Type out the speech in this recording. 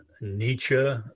Nietzsche